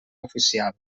oficial